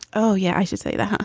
oh, yeah i should say but